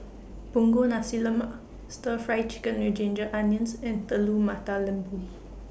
Punggol Nasi Lemak Stir Fry Chicken with Ginger Onions and Telur Mata Lembu